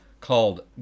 called